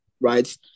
right